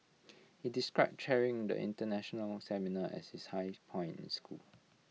he describe chairing the International seminar as his high point in school